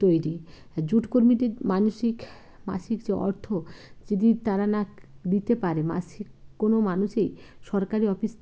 তৈরি জুট কর্মীদের মানসিক মাসিক যে অর্থ যদি তারা না দিতে পারে মাসিক কোনো মানুষই সরকারি অফিস